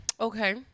Okay